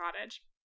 cottage